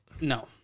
no